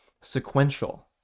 sequential